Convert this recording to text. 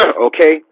Okay